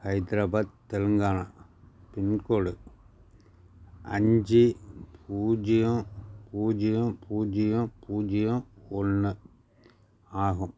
Hyderabad Telangana pincode அஞ்சு பூஜ்ஜியம் பூஜ்ஜியம் பூஜ்ஜியம் பூஜ்ஜியம் ஒன்று ஆகும்